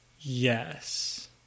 Yes